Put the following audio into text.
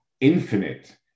infinite